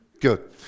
Good